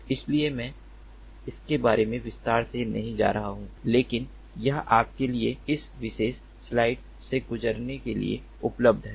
इसलिए मैं इसके बारे में विस्तार से नहीं जा रहा हूं लेकिन यह आपके लिए इस विशेष स्लाइड से गुजरने के लिए उपलब्ध है